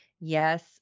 Yes